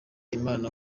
imana